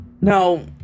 Now